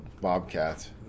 Bobcats